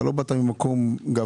אתה לא באת ממקום גבוה.